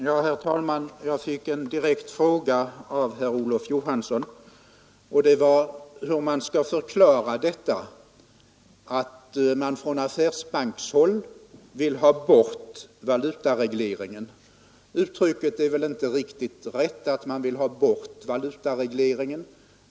Herr talman! Jag fick en direkt fråga av herr Olof Johansson i Stockholm. Den gällde hur det skall förklaras att man från affärsbankshåll vill ha bort valutaregleringen. Att man vill ha bort valutaregleringen är väl inte det rätta uttrycket.